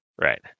Right